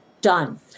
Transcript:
done